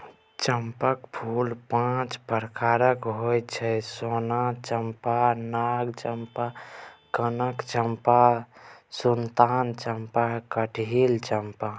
चंपाक फूल पांच प्रकारक होइ छै सोन चंपा, नाग चंपा, कनक चंपा, सुल्तान चंपा, कटहरी चंपा